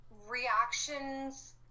reactions